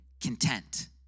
content